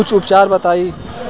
कुछ उपचार बताई?